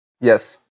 Yes